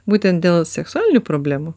būtent dėl seksualinių problemų